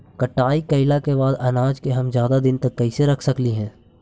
कटाई कैला के बाद अनाज के हम ज्यादा दिन तक कैसे रख सकली हे?